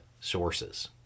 sources